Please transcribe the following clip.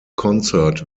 concert